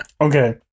Okay